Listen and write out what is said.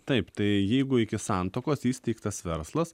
taip tai jeigu iki santuokos įsteigtas verslas